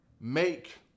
Make